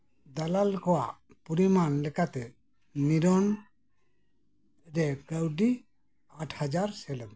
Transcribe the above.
ᱫᱟᱞᱟᱞ ᱠᱚᱣᱟᱜ ᱯᱚᱨᱤᱢᱟᱱ ᱞᱮᱠᱟᱛᱮ ᱱᱤᱨᱚᱱ ᱨᱮ ᱠᱟᱹᱣᱰᱤ ᱟᱴ ᱦᱟᱡᱟᱨ ᱥᱮᱞᱮᱫ ᱢᱮ